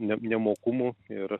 ne nemokumų ir